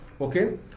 Okay